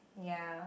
ya